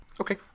Okay